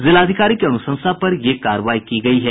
जिलाधिकारी की अनुशंसा पर ये कार्रवाई की गयी है